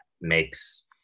makes